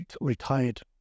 retired